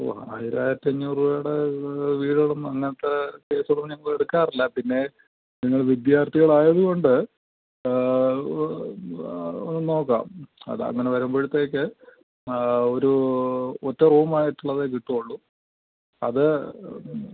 ഓ ആയിരം ആയിരത്തഞ്ഞൂറ് രൂപയുടെ വീടുകളും അങ്ങനത്തെ കേസുകളും ഞങ്ങൾ എടുക്കാറില്ല പിന്നെ നിങ്ങൾ വിദ്യാർത്ഥികളായത് കൊണ്ട് നോക്കാം അത് അങ്ങനെ വരുമ്പോഴത്തേക്ക് ഒരു ഒറ്റ റൂമായിട്ടുള്ളത് കിട്ടുകയുള്ളൂ അത്